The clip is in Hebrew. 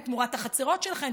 תמורת החצרות שלכם,